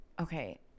Okay